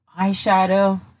eyeshadow